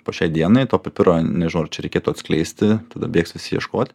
po šiai dienai to pipiro nežinau ar čia reikėtų atskleisti tada bėgs visi ieškot